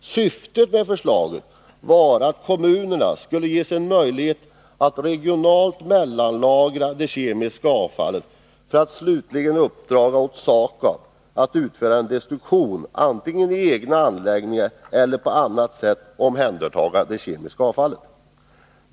Syftet med förslaget var att kommunerna skulle ges en möjlighet att regionalt mellanlagra det kemiska avfallet för att slutligen uppdraga åt SAKAB att utföra destruktion. Man skulle omhänderta det kemiska avfallet antingen i egna anläggningar eller på annat sätt.